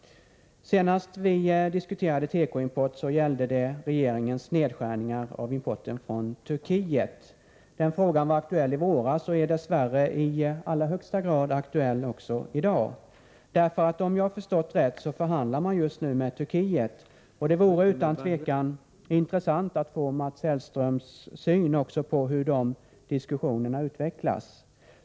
Senast vi diskuterade tekoimport gällde det regeringens nedskärningar av importen från Turkiet. Den frågan var aktuell i våras och är, dess värre, i allra högsta grad aktuell också i dag, eftersom man, om jag förstått rätt, just nu förhandlar med Turkiet. Det vore utan tvivel intressant att också få Mats Hellströms syn på hur de diskussionerna utvecklas.